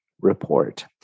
report